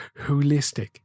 holistic